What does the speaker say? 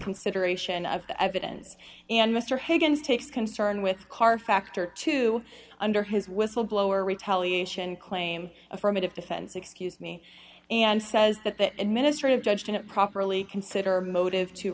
consideration of the evidence and mr higgins takes concern with karr factor to under his whistleblower retaliation claim affirmative defense excuse me and says that that administrative judge didn't properly consider motive to